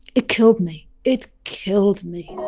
it killed me. it killed me.